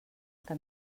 que